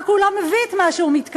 רק הוא לא מביא את מה שהוא מתכוון,